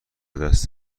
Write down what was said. دست